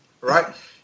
Right